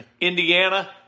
Indiana